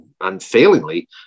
unfailingly